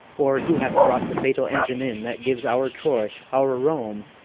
or who hath brought the fatal engine in that gives our troy, our rome,